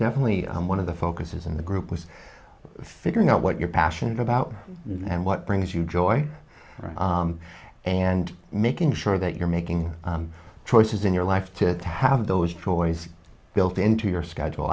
definitely one of the focuses in the group was figuring out what you're passionate about and what brings you joy and making sure that you're making choices in your life to have those choices built into your schedule